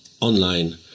online